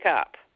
up